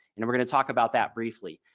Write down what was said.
and i'm going to talk about that briefly.